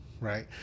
Right